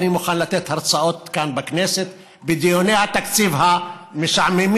אני מוכן לתת הרצאות כאן בכנסת בדיוני התקציב המשעממים,